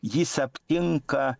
jis aptinka